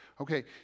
Okay